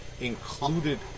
included